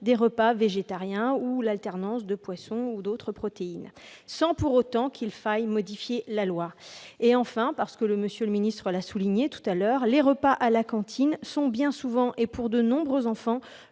des repas végétariens ou l'alternance de poissons ou d'autres protéines, sans pour autant qu'il faille modifier la loi. Enfin, comme M. le ministre l'a souligné tout à l'heure, les repas à la cantine sont, bien souvent et pour de nombreux enfants,